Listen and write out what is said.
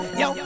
yo